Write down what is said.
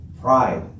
pride